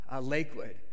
Lakewood